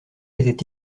était